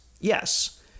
Yes